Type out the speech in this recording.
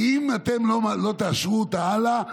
אם אתם לא תאשרו אותה הלאה,